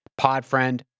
Podfriend